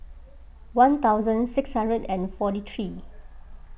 one thousand six hundred and forty three